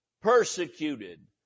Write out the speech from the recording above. Persecuted